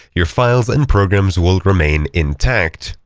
your files and programs will remain intact.